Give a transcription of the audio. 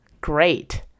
great